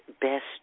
best